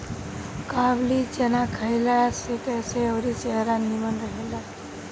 काबुली चाना खइला से केस अउरी चेहरा निमन रहेला